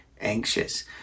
anxious